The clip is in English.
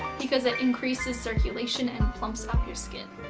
because it increases circulation and plumps up your skin.